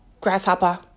grasshopper